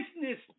Business